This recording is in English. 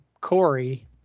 Corey